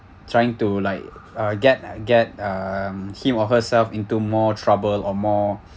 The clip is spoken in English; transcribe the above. trying to like uh get get um him or herself into more trouble or more